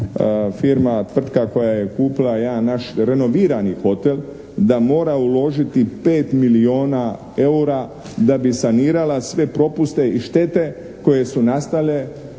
firma, tvrtka koja je kupila jedan naš renovinari hotel da mora uložiti 5 milijuna eura da bi sanirala sve propuste i štete koje su nastale